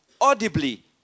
audibly